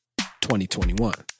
2021